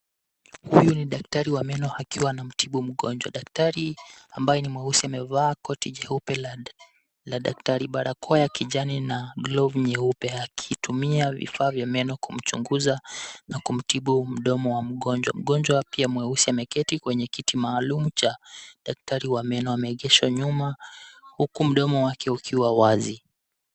Huyu ni daktari wa meno akiwa anamtibu mgonjwa. Daktari ambaye ni mweusi amevaa koti jeupe la daktari, barakoa ya kijani na glovu nyeupe, akitumia vifaa vya meno kumchunguza na kumtibu mdomo wa mgonjwa. Mgonjwa pia mweusi ameketi kwenye kiti maalumu cha daktari wa meno, ameegeshwa nyuma huku mdomo wake ukiwa wazi.